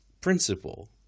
principle